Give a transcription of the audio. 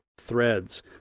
threads